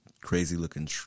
crazy-looking